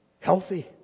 healthy